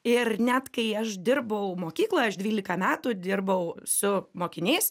ir net kai aš dirbau mokykloje aš dvylika metų dirbau su mokiniais